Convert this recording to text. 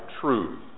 truth